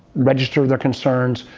register their concerns.